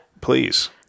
Please